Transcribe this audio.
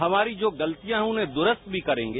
हमारी जो गलतियां हैं उन्हें दुरूस्त भी करेंगे